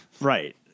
Right